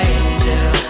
angel